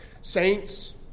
saints